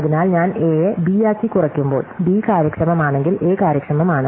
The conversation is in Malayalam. അതിനാൽ ഞാൻ എയെ ബി ആക്കി കുറയ്ക്കുമ്പോൾ ബി കാര്യക്ഷമമാണെങ്കിൽ എ കാര്യക്ഷമമാണ്